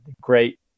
great